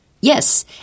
Yes